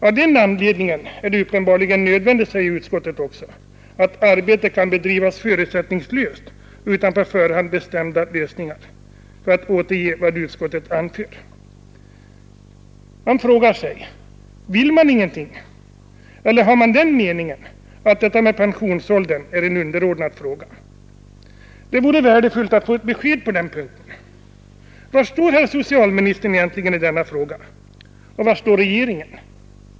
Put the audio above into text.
Av den anledningen är det uppenbarligen nödvändigt, säger utskottet också, att arbetet kan bedrivas förutsättningslöst utan på förhand bestämda lösningar. Vill man ingenting eller har man den meningen att detta med pensionsåldern är en underordnad fråga? Det vore värdefullt att få ett besked på den punkten. Var står egentligen herr socialministern i denna fråga? Och var står regeringen?